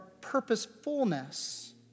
purposefulness